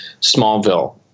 Smallville